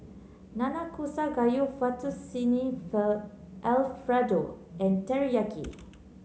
Nanakusa Gayu Fettuccine Alfredo and Teriyaki